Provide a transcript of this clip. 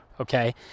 Okay